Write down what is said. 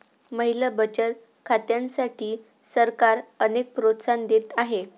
महिला बचत खात्यांसाठी सरकार अनेक प्रोत्साहन देत आहे